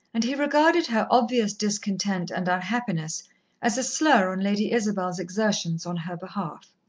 and he regarded her obvious discontent and unhappiness as a slur on lady isabel's exertions on her behalf.